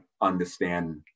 understand